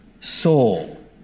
soul